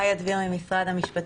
אני איה דביר ממשרד המשפטים.